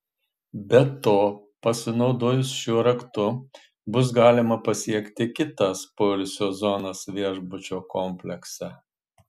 be to pasinaudojus šiuo raktu bus galima pasiekti kitas poilsio zonas viešbučio komplekse